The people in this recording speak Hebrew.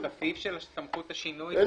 את הסעיף של סמכות השינוי?